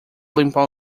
limpar